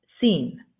seen